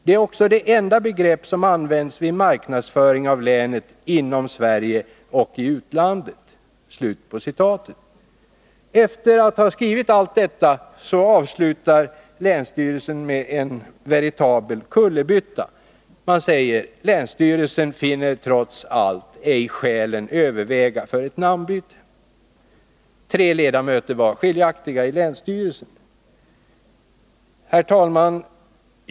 Det är också det enda begrepp som används vid marknadsföring av länet inom Sverige och i utlandet.” Men efter att ha skrivit allt detta avslutar länsstyrelsen med en veritabel kullerbytta, nämligen med följande uttalande: ”Länsstyrelsen finner trots allt ej att skälen överväger för det namnbyte som föreslås i motionen.” Tre av ledarmöterna i styrelsen hade avvikande meningar på denna punkt.